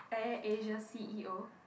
AirAsia C_E_O